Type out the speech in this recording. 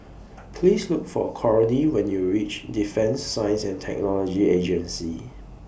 Please Look For Cornie when YOU REACH Defence Science and Technology Agency